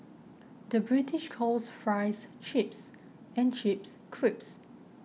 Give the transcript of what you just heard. the British calls Fries Chips and Chips Crisps